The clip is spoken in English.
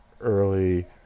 early